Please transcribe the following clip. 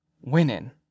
Winning